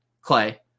Clay